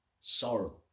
sorrow